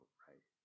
right